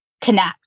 connect